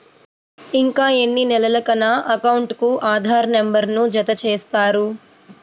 ఇంకా ఎన్ని నెలలక నా అకౌంట్కు ఆధార్ నంబర్ను జత చేస్తారు?